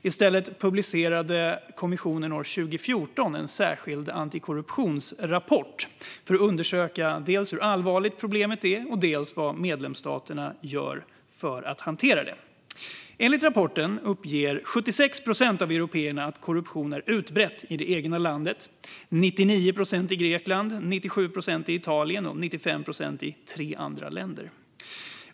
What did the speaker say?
I stället publicerade kommissionen 2014 en särskild antikorruptionsrapport för att undersökta dels hur allvarligt problemet är, dels vad medlemsstaterna gör för att hantera det. Enligt rapporten uppger 76 procent av européerna att korruption är utbredd i det egna landet - 99 procent i Grekland, 97 procent i Italien och 95 procent i tre andra länder.